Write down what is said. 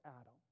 Adam